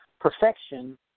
Perfection